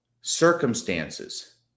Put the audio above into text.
circumstances